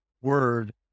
word